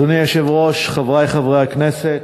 אדוני היושב-ראש, חברי חברי הכנסת,